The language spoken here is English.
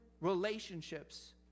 relationships